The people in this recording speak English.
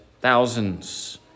thousands